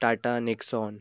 Tata Nixon